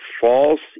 false